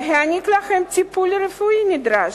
להעניק להם טיפול רפואי נדרש,